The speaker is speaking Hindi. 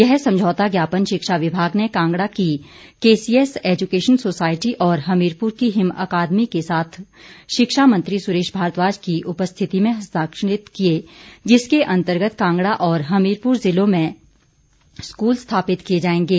यह समझौता ज्ञापन शिक्षा विभाग ने कांगड़ा की केसीएस ऐजुकेशन सोसायटी और हमीरपुर की हिम अकादमी के साथ शिक्षा मंत्री सुरेश भारद्वाज की उपस्थिति में हस्ताक्षरित किए जिसके अंतर्गत कांगड़ा और हमीरपुर जिलों में स्कूल स्थापित किए जाएंगे